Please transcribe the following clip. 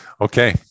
Okay